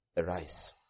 arise